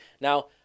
Now